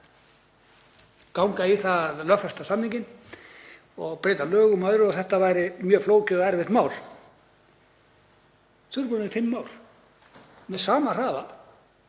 ganga í að lögfesta samninginn og breyta lögum og öðru og þetta væri mjög flókið og erfitt mál. Þau eru búin að hafa fimm ár. Með sama hraða,